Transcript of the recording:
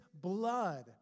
blood